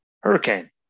Hurricane